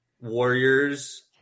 Warriors –